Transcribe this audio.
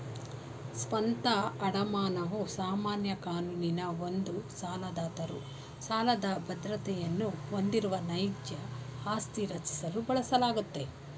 ಸ್ವಂತ ಅಡಮಾನವು ಸಾಮಾನ್ಯ ಕಾನೂನಿನ ಒಂದು ಸಾಲದಾತರು ಸಾಲದ ಬದ್ರತೆಯನ್ನ ಹೊಂದಿರುವ ನೈಜ ಆಸ್ತಿ ರಚಿಸಲು ಬಳಸಲಾಗುತ್ತೆ